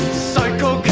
psycho